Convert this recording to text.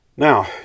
Now